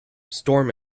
storm